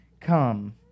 Come